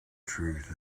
truth